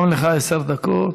גם לך עשר דקות.